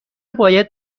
باید